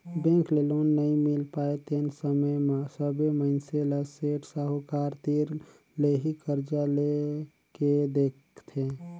bank ले loan नइ मिल पाय तेन समे म सबे मइनसे ल सेठ साहूकार तीर ले ही करजा लेए के दिखथे